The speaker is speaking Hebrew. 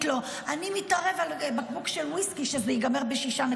לו: אני מתערב על בקבוק של וויסקי שזה ייגמר ב-6,